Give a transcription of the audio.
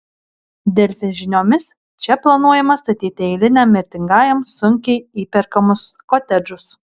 delfi žiniomis čia planuojama statyti eiliniam mirtingajam sunkiai įperkamus kotedžus